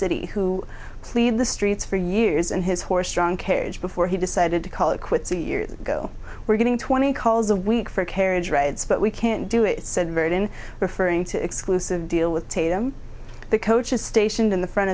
city who clean the streets for years and his horse drawn carriage before he decided to call it quits a year ago we're getting twenty calls a week for carriage rides but we can't do it said virgin referring to exclusive deal with tatum the coach is stationed in the front